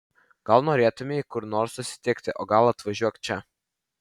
gal norėtumei kur nors susitikti o gal atvažiuok čia